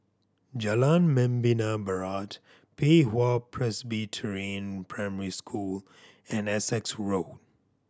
Jalan Membina Barat Pei Hwa Presbyterian Primary School and Essex Road